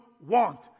want